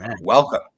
welcome